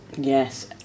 yes